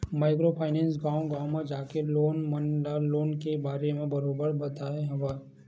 micro finance गाँव गाँव म जाके लोगन मन ल लोन के बारे म बरोबर बताय हवय